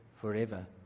forever